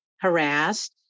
harassed